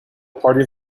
party